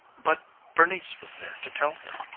but bernice was there to tell him.